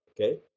okay